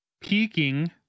peaking